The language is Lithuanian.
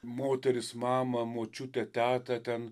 moteris mamą močiutę tetą ten